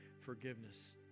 forgiveness